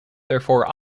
therefore